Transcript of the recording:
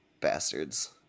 bastards